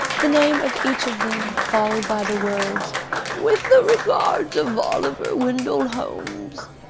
the name of each of them, followed by the words with the regards of oliver wendell holmes,